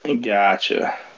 Gotcha